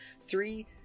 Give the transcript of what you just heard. three